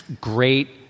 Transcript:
great